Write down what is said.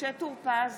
משה טור פז,